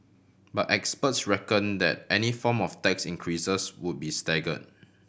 but experts reckon that any form of tax increases would be stagger